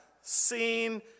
seen